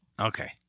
Okay